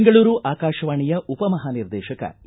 ಬೆಂಗಳೂರು ಆಕಾಶವಾಣಿಯ ಉಪ ಮಹಾನಿರ್ದೇಶಕ ಎ